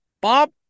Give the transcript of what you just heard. Bob